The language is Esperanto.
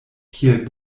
kiel